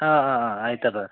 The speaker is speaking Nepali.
अँ अँ अँ आइतवार